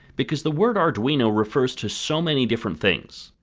because the word arduino refers to so many different things.